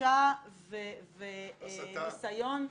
הכפשה -- הסתה.